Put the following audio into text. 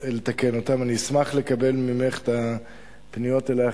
אני אשמח לקבל ממך את הפניות אלייך